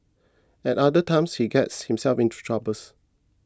at other times he gets himself into troubles